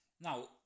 Now